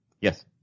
Yes